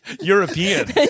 European